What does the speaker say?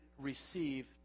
receive